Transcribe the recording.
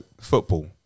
football